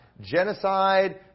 Genocide